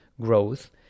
growth